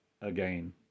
again